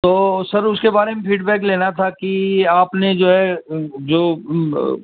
تو سر اس کے بارے میں فیڈ بیک لینا تھا کہ آپ نے جو ہے جو